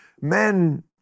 men